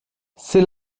c’est